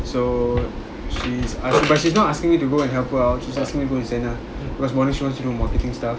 so she's ask~ but she's not asking me to go and help her out she's asking me go and send her cause morning she wants to do marketing stuff